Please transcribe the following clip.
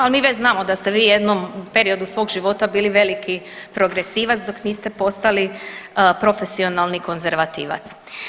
Mi već znamo da ste vi u jednom periodu svog života bili veliki progresivac dok niste postali profesionalni konzervativac.